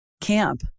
camp